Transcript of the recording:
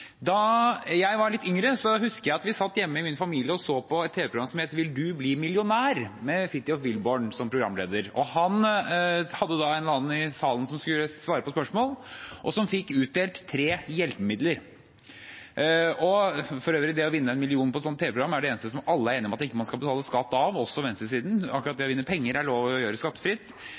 Da jeg var litt yngre, husker jeg at jeg satt hjemme med min familie og så på et tv-program som het «Vil du bli millionær?» med Fridtjof Wilborn som programleder. Han hadde en eller annen i salen som skulle svare på spørsmål, og som fikk utdelt tre hjelpemidler. For øvrig er det å vinne en million i et slikt tv-program det eneste som alle er enige om at man ikke skal betale skatt av, også venstresiden – akkurat det å vinne penger er lov å gjøre skattefritt.